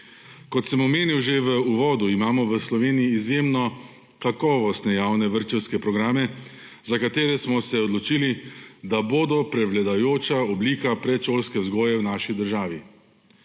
Kot sem omenil že v uvodu, imamo v Sloveniji izjemno kakovostne javne vrtčevske programe, za katere smo se odločili, da bodo prevladujoča oblika predšolske vzgoje v naši državi.